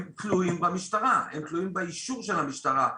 הם תלויים במשטרה, הם תלויים באישור של המשטרה,